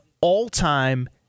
all-time